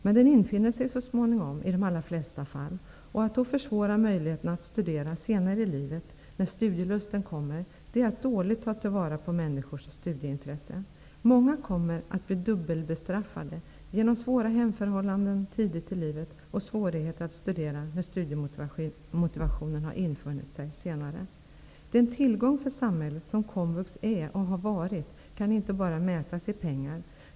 Men i de allra flesta fall infinner den sig så småningom. Att då försvåra möjligheterna att studera senare i livet när studielusten kommer, är att dåligt ta till vara på människors studieintresse. Många kommer att bli dubbelbestraffade på grund av svåra hemförhållanden tidigt i livet och svårigheter att studera när väl studiemotivationen har infunnit sig. Den tillgång för samhället som komvux är och har varit kan inte bara mätas i pengar.